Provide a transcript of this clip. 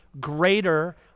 greater